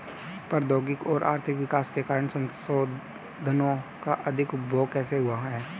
प्रौद्योगिक और आर्थिक विकास के कारण संसाधानों का अधिक उपभोग कैसे हुआ है?